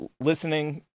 listening